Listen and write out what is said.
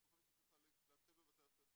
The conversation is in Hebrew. זו תוכנית שצריכה להתחיל בבתי הספר,